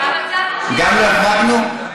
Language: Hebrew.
גם לא החרגנו?